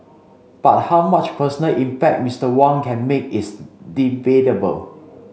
but how much personal impact Mister Wang can make is debatable